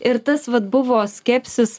ir tas vat buvo skepsis